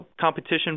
competition